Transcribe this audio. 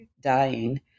dying